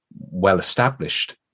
well-established